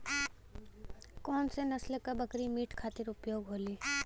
कौन से नसल क बकरी मीट खातिर उपयोग होली?